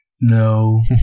no